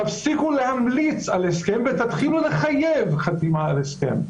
תפסיקו להמליץ על הסכם ותתחילו לחייב חתימה על הסכם,